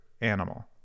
animal